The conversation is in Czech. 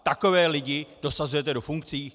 Takové lidi dosazujete do funkcí?